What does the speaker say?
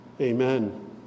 amen